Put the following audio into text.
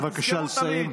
בבקשה לסיים.